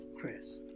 Chris